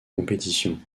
compétition